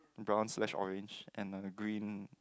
brown slash orange another green